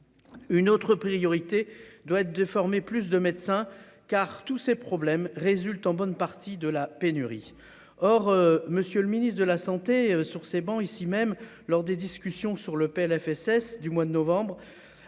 Une autre priorité doit être de former plus de médecins car tous ces problèmes résultent en bonne partie de la pénurie. Or, monsieur le ministre de la Santé sur ces bancs ici même lors des discussions sur le PLFSS du mois de novembre